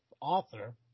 author